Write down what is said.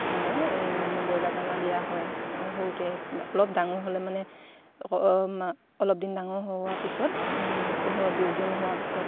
মানে এই ব্ৰইলাৰ দানা দিয়া হয় সৰুতে অলপ ডাঙৰ হ'লে মানে অলপ দিন ডাঙৰ হোৱাৰ পিছত পোন্ধৰ বিছ দিন হোৱা পিছত